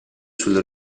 sulle